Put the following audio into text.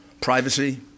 privacy